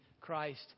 Christ